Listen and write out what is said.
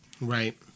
Right